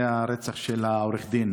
זה הרצח של עורך הדין,